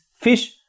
fish